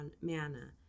manna